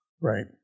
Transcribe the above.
right